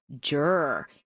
juror